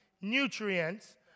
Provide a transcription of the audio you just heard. nutrients